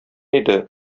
иде